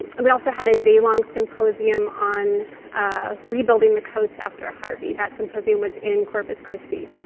and we also had a day-long symposium on ah rebuilding the coast after harvey. that symposium was in corpus christi.